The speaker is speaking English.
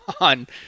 on